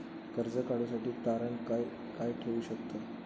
कर्ज काढूसाठी तारण काय काय ठेवू शकतव?